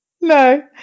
No